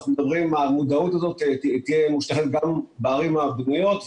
המודעות הזאת תהיה מושתתת גם בערים הבנויות,